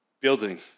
building